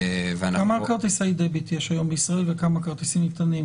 כמה כרטיסי Debit יש היום בישראל וכמה כרטיסים נטענים?